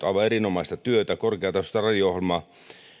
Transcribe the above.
aivan erinomaista työtä korkeatasoista radio ohjelmaa